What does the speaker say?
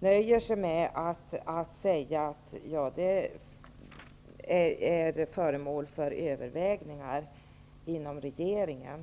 nöjer sig utskottet med att säga att det här är föremål för övervägande inom regeringen.